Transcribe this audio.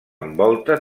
envolta